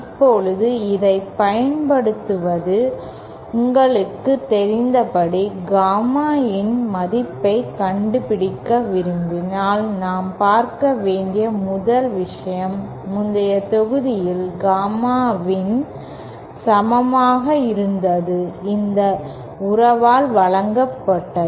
இப்போது இதைப் பயன்படுத்துவது உங்களுக்குத் தெரிந்தபடி காமா in மதிப்பைக் கண்டுபிடிக்க விரும்பினால் நாம் பார்க்க வேண்டிய முதல் விஷயம் முந்தைய தொகுதியில் காமா in சமமாக இருந்தது இந்த உறவால் வழங்கப்பட்டது